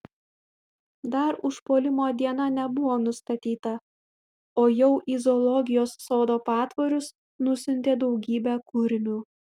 dar užpuolimo diena nebuvo nustatyta o jau į zoologijos sodo patvorius nusiuntė daugybę kurmių